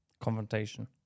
Confrontation